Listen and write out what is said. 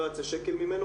לא היה יוצא שקל ממנו,